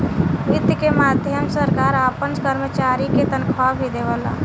वित्त के माध्यम से सरकार आपना कर्मचारी के तनखाह भी देवेला